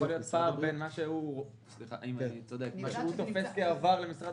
יכול להיות שיש פער בין מה שהוא תופס שהועבר למשרד